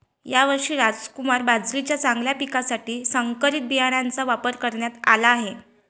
यावर्षी रामकुमार बाजरीच्या चांगल्या पिकासाठी संकरित बियाणांचा वापर करण्यात आला आहे